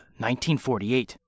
1948